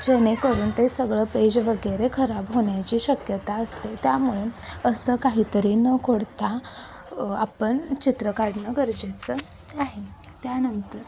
जेणेकरून ते सगळं पेज वगेरे खराब होण्याची शक्यता असते त्यामुळे असं काहीतरी न खोडता आपण चित्र काढणं गरजेचं आहे त्यानंतर